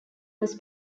was